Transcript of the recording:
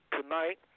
tonight